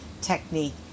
technique